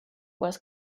was